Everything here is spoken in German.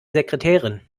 sekretärin